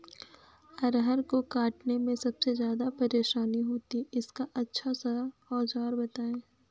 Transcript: अरहर को काटने में सबसे ज्यादा परेशानी होती है इसका अच्छा सा औजार बताएं?